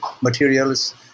materials